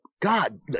God